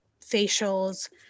facials